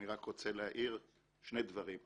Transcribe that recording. אני רוצה להעיר שני דברים.